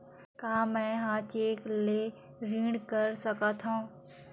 का मैं ह चेक ले ऋण कर सकथव?